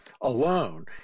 alone